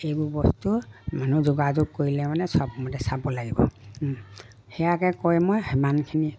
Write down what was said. এইবোৰ বস্তু মানুহ যোগাযোগ কৰিলে মানে চব মতে চাব লাগিব সেয়াকে কৈ মই সিমানখিনি